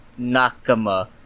Nakama